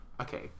Okay